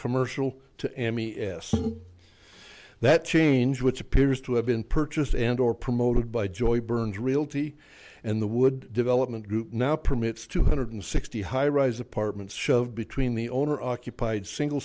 commercial to m e s that change which appears to have been purchased and or promoted by joy burns realty and the wood development group now permits two hundred sixty high rise apartments shoved between the owner occupied single